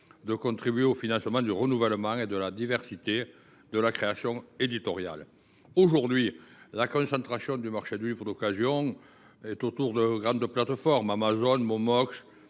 de participer au financement du renouvellement et de la diversité de la création éditoriale. La concentration du marché du livre d’occasion sur quelques plateformes – Amazon, Momox,